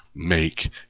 make